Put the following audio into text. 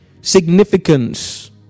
significance